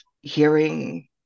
hearing